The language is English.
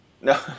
No